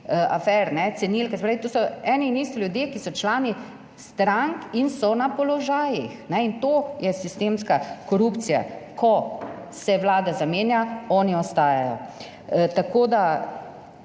ne, cenilka. Se pravi, to so eni in isti ljudje, ki so člani strank in so na položajih, ne. In to je sistemska korupcija - ko se vlada zamenja, oni ostajajo. 32.